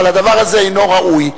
אבל הדבר הזה אינו ראוי.